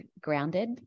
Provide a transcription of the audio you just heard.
grounded